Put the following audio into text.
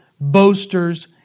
boasters